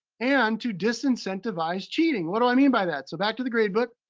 and to disincentivize cheating. what do i mean by that? so back to the grade book.